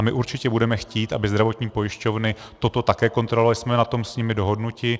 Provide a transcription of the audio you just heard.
My určitě budeme chtít, aby zdravotní pojišťovny toto také kontrolovaly, jsme na tom s nimi dohodnuti.